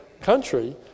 country